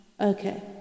okay